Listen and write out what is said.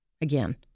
again